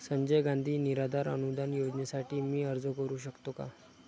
संजय गांधी निराधार अनुदान योजनेसाठी मी अर्ज करू शकतो का?